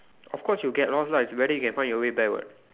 of course you'll get lost lah it's whether you can find your way back [what]